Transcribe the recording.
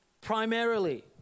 Primarily